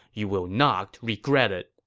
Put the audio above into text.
you will not regret it.